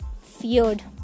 feared